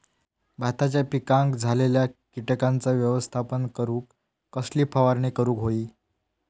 भाताच्या पिकांक झालेल्या किटकांचा व्यवस्थापन करूक कसली फवारणी करूक होई?